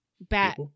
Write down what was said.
bat